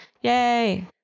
yay